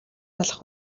алах